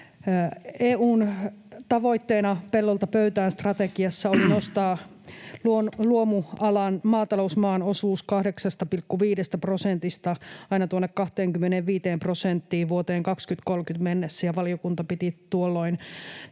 EU:n tavoitteena Pellolta pöytään ‑strategiassa on nostaa luomualan, maatalousmaan, osuus 8,5 prosentista aina tuonne 25 prosenttiin vuoteen 2030 mennessä, ja valiokunta piti tuolloin tämän